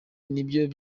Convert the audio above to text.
nibyo